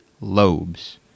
lobes